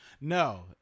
No